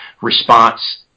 response